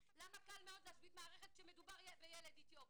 למה קל מאוד להשבית מערכת כשמדובר בילד אתיופי,